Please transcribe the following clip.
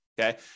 Okay